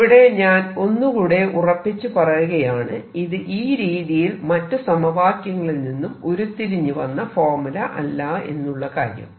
ഇവിടെ ഞാൻ ഒന്നുകൂടെ ഉറപ്പിച്ചു പറയുകയാണ് ഇത് ഈ രീതിയിൽ മറ്റു സമവാക്യങ്ങളിൽ നിന്നും ഉരുത്തിരിഞ്ഞു വന്ന ഫോർമുല അല്ല എന്നുള്ള കാര്യം